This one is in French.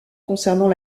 concernant